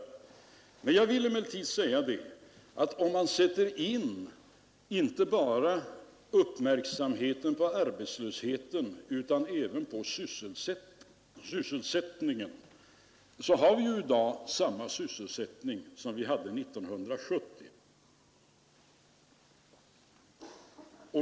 Om man riktar uppmärksamheten inte bara på arbetslösheten utan även på sysselsättningen, finner man, att vi i dag har samma sysselsättning som vi hade 1970.